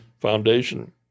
foundation